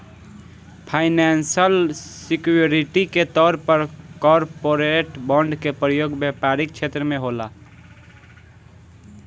financial security के तौर पर कॉरपोरेट बॉन्ड के प्रयोग व्यापारिक छेत्र में होला